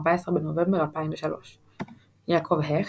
14 בנובמבר 2003 יעקב הכט,